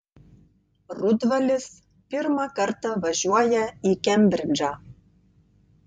rudvalis pirmą kartą važiuoja į kembridžą